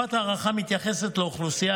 תקופת ההארכה המתייחסת לאוכלוסייה